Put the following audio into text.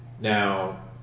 Now